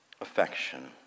affection